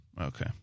Okay